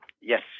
Yes